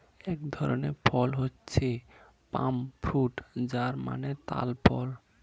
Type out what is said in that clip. এক ধরনের ফল হচ্ছে পাম ফ্রুট যার মানে তাল ফল